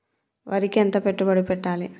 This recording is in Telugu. వరికి ఎంత పెట్టుబడి పెట్టాలి?